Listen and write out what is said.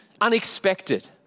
unexpected